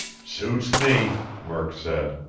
suits me! murk said.